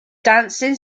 dancing